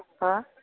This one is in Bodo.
हा